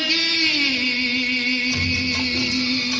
e